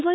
Y